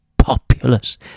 populous